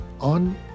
on